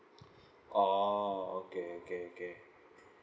orh okay okay okay